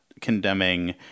condemning